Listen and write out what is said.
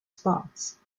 spots